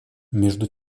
между